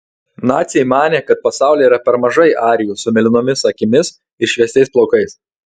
naciai manė kad pasaulyje yra per mažai arijų su mėlynomis akimis ir šviesiais plaukais